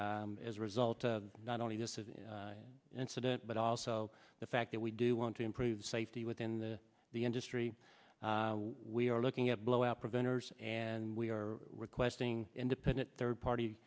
as a result not only just the incident but also the fact that we do want to improve safety within the industry we are looking at blowout preventers and we are requesting independent third party